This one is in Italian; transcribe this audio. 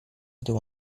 devo